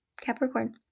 Capricorn